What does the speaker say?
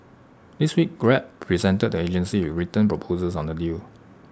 this week grab presented the agency with written proposals on the deal